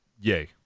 yay